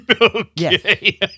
Okay